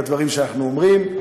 בדברים שאנחנו אומרים.